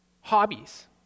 Hobbies